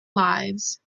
lives